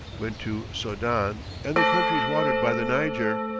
went to soudan and the countries watered by the niger,